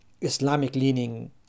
Islamic-leaning